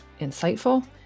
insightful